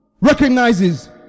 recognizes